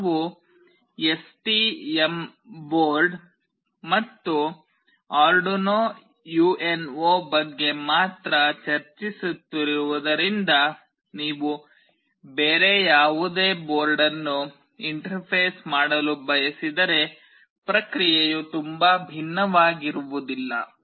ನಾವು STM board ಮತ್ತು Arduino UNO ಬಗ್ಗೆ ಮಾತ್ರ ಚರ್ಚಿಸುತ್ತಿರುವುದರಿಂದ ನೀವು ಬೇರೆ ಯಾವುದೇ ಬೋರ್ಡ್ ಅನ್ನು ಇಂಟರ್ಫೇಸ್ ಮಾಡಲು ಬಯಸಿದರೆ ಪ್ರಕ್ರಿಯೆಯು ತುಂಬಾ ಭಿನ್ನವಾಗಿರುವುದಿಲ್ಲ